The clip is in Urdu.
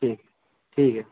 ٹھیک ٹھیک ہے